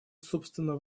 собственно